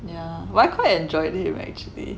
yeah well I quite enjoyed it actually